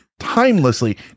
timelessly